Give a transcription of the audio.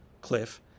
Cliff